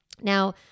Now